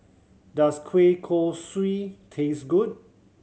does kueh kosui taste good